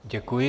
Děkuji.